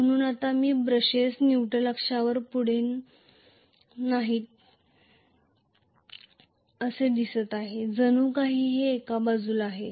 म्हणून आता brushes neutral अक्षावर यापुढे नाहीत असे दिसते आहे जणू काही ते एका बाजूला आहे